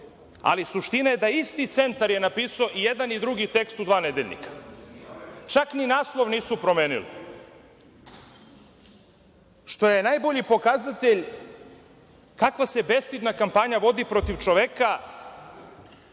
ali suština je da je isti centar napisao i jedan i drugi tekst u dva nedeljnika. Čak ni naslov nisu promenili, što je najbolji pokazatelj kakva se bestidna kampanja vodi protiv čoveka